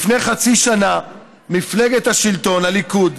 לפני חצי שנה מפלגת השלטון, הליכוד,